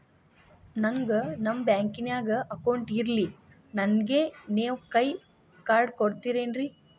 ನನ್ಗ ನಮ್ ಬ್ಯಾಂಕಿನ್ಯಾಗ ಅಕೌಂಟ್ ಇಲ್ರಿ, ನನ್ಗೆ ನೇವ್ ಕೈಯ ಕಾರ್ಡ್ ಕೊಡ್ತಿರೇನ್ರಿ?